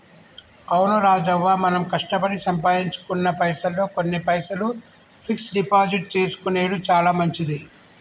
అవును రాజవ్వ మనం కష్టపడి సంపాదించుకున్న పైసల్లో కొన్ని పైసలు ఫిక్స్ డిపాజిట్ చేసుకొనెడు చాలా మంచిది